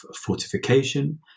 fortification